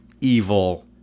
evil